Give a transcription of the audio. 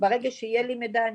ברגע שיהיה לי מידע,